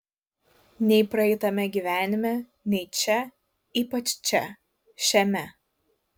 nei praeitame gyvenime nei čia ypač čia šiame